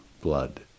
blood